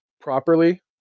properly